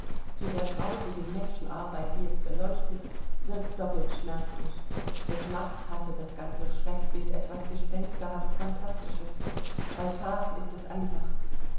zu der grausigen menschenarbeit die es beleuchtet wirkt doppelt schmerzlich des nachts hatte das ganze schreckbild etwas gespensterhaft phantastisches bei tag ist es einfach